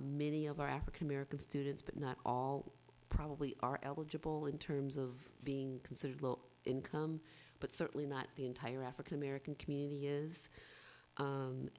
many of our african american students but not all probably are eligible in terms of being considered low income but certainly not the entire african american